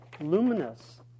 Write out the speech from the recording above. luminous